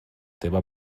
teva